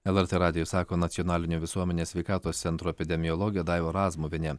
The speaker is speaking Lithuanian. lrt radijui sako nacionalinio visuomenės sveikatos centro epidemiologė daiva razmuvienė